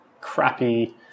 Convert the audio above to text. crappy